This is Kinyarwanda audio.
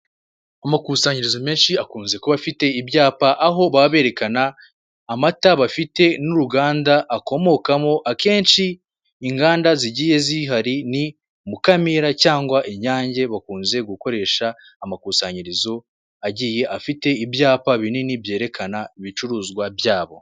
Amakusanyirizo menshi akunze kuba afite ibyapa aho baba berekana amata bafite n'uruganda akomokamo akenshi inganda zigiye zihari ni Mukamira cyangwa Inyange bakunze gukoresha amakusanyirizo agiye afite ibyapa binini byerekana ibicuruzwa byabo.